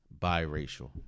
biracial